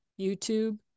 YouTube